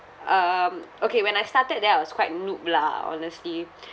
um okay when I started there I was quite noob lah honestly